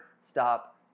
stop